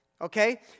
Okay